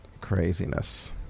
craziness